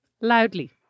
loudly